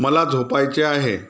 मला झोपायचे आहे